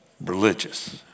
religious